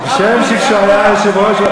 אדוני היושב-ראש,